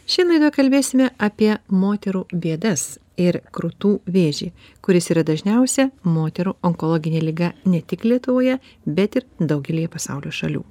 šiandienoj kalbėsime apie moterų bėdas ir krūtų vėžį kuris yra dažniausia moterų onkologinė liga ne tik lietuvoje bet ir daugelyje pasaulio šalių